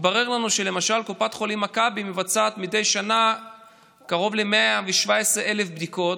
התברר לנו שלמשל קופת חולים מכבי מבצעת מדי שנה קרוב ל-117,000 בדיקות,